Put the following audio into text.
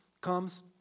comes